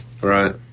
Right